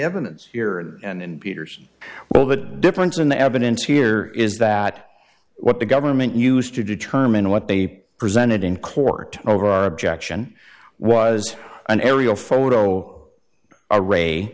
evidence here and in peterson well the difference in the evidence here is that what the government used to determine what they presented in court over our objection was an aerial photo